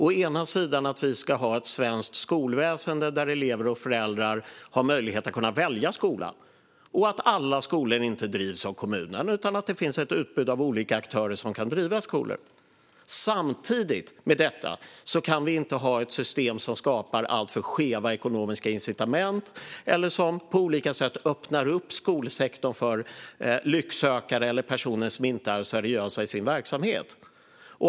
Å ena sidan ska vi ha ett svenskt skolväsen där elever och föräldrar har möjlighet att välja skola och där alla skolor inte drivs av kommunen utan att det finns ett utbud av olika aktörer som kan driva skolor. Å andra sidan kan vi inte ha ett system som skapar alltför skeva ekonomiska incitament eller som på olika sätt öppnar skolsektorn för lycksökare eller personer som inte är seriösa i sin verksamhet.